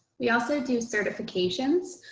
we also do certifications.